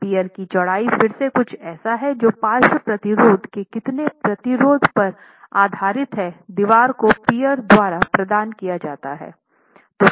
पियर की चौड़ाई फिर से कुछ है जो पार्श्व प्रतिरोध के कितने प्रतिरोध पर आधारित है दीवार को पियर द्वारा प्रदान किया जाता है